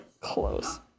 close